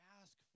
ask